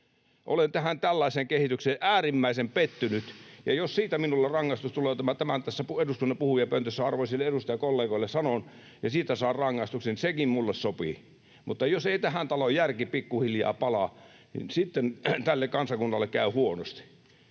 Olen tähän tällaiseen kehitykseen äärimmäisen pettynyt, ja jos siitä minulle rangaistus tulee, että tämän tässä eduskunnan puhujapöntössä arvoisille edustajakollegoille sanon, jos siitä saan rangaistuksen, niin sekin minulle sopii, mutta jos ei tähän taloon järki pikkuhiljaa palaa, niin sitten tälle kansakunnalle käy huonosti.